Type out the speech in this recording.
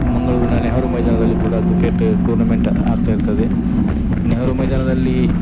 ಮಂಗಳೂರಿನ ನೆಹರು ಮೈದಾನದಲ್ಲಿ ಕೂಡ ಕ್ರಿಕೆಟ ಟೂರ್ನಮೆಂಟ್ ಆಗ್ತಾ ಇರ್ತದೆ ನೆಹರು ಮೈದಾನದಲ್ಲಿ